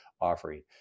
offering